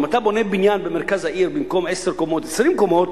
אם אתה בונה בניין במרכז העיר במקום עשר קומות 20 קומות,